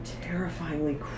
terrifyingly